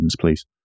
please